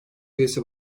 üyesi